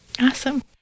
Awesome